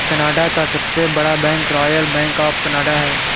Canada का सबसे बड़ा bank royal bank of Canada है